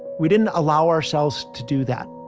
we didn't allow ourselves to do that